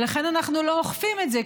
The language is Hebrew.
ולכן אנחנו לא אוכפים את זה,